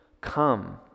Come